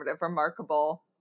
remarkable